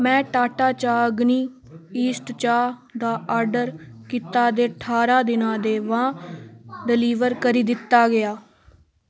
में टाटा चाह् अग्नि ईस्ट चाह् दा आर्डर कीता दे ठारां दिनें दे बाद डलीवर करी दित्ता गेआ